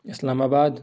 اسلاما آباد